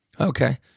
Okay